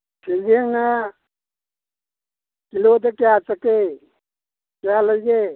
ꯁꯦꯟꯖꯦꯡꯅ ꯀꯤꯂꯣꯗ ꯀꯌꯥ ꯆꯠꯀꯦ ꯀꯌꯥ ꯂꯩꯒꯦ